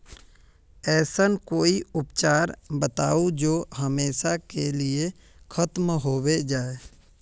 ऐसन कोई उपचार बताऊं जो हमेशा के लिए खत्म होबे जाए?